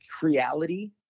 Creality